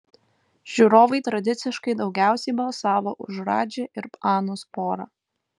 žiūrovai tradiciškai daugiausiai balsavo už radži ir anos porą